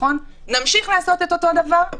נמשיך לעשות את אותו דבר,